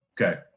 Okay